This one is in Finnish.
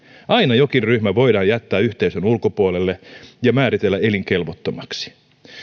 aina jokin ryhmä voidaan jättää yhteisön ulkopuolelle ja määritellä elinkelvottomaksi